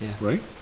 Right